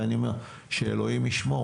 שאלוהים ישמור.